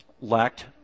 lacked